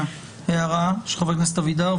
הערה של חבר הכנסת אבידר,